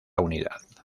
unidad